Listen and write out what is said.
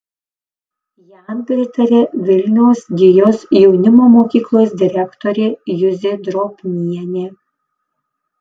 jam pritaria vilniaus gijos jaunimo mokyklos direktorė juzė drobnienė